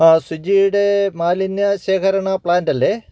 ആ സുജിയുടെ മാലിന്യ ശേഖരണ പ്ലാൻറ്റ് അല്ലേ